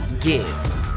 give